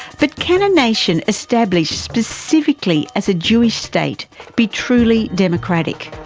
but can a nation established specifically as a jewish state be truly democratic?